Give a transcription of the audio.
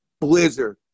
blizzard